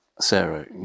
Sarah